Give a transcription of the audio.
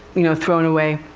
you know, thrown away.